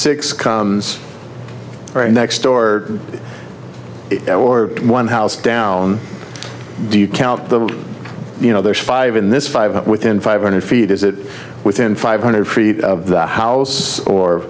six comes right next door or one house down do you count the you know there's five in this five within five hundred feet is it within five hundred feet of that house or